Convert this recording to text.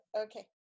Okay